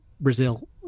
Brazil